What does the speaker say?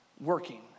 working